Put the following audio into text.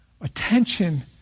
attention